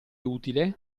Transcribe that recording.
utile